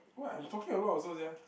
what I'm talking a lot also sia